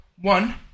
One